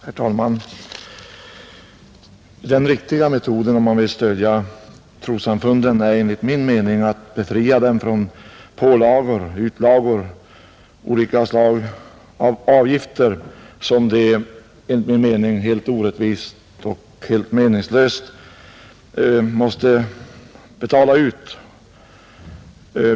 Herr talman! Den riktiga metoden om man vill stödja trossamfunden är enligt min mening att befria dem från pålagor, olika slag av avgifter, som de enligt min mening helt orättvist och helt meningslöst måste betala.